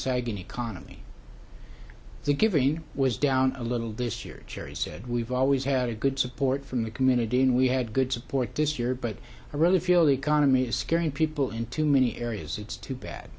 sagging economy the giving was down a little this year cherry said we've always had a good support from the community and we had good support this year but i really feel the economy is scaring people into many areas it's too bad